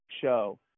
show